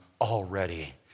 already